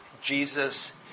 Jesus